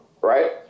right